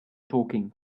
talking